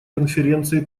конференции